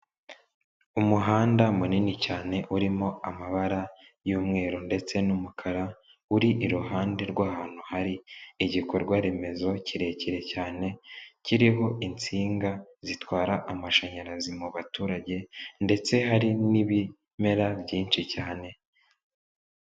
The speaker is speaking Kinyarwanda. Umuhanda munini cyane urimo amabara y'umweru ndetse n'umukara uri iruhande rw'ahantu hari igikorwa remezo kirekire cyane kiriho insinga zitwara amashanyarazi mu baturage ndetse hari n'ibimera byinshi cyane.